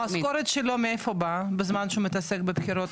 המשכורת שלו מאיפה באה בזמן שהוא מתעסק בבחירות?